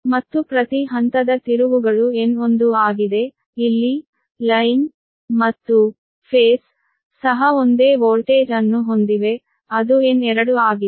ಮತ್ತು ಪ್ರತಿ ಹಂತದ ತಿರುವುಗಳು N1 ಆಗಿದೆ ಇಲ್ಲಿ ಲೈನ್ ಮತ್ತು ಫೇಸ್ ಸಹ ಒಂದೇ ವೋಲ್ಟೇಜ್ ಅನ್ನು ಹೊಂದಿವೆ ಅದು N2 ಆಗಿದೆ